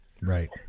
Right